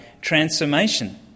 transformation